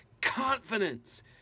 confidence